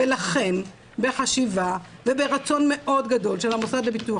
לכן בחשיבה וברצון מאוד גדול של המוסד לביטוח